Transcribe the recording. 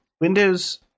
Windows